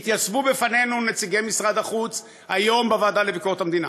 התייצבו לפנינו נציגי משרד החוץ היום בוועדה לביקורת המדינה,